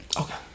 Okay